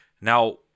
Now